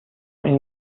این